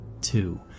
Two